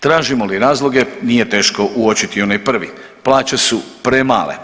Tražimo li razloge nije teško uočiti onaj prvi, plaće su premale.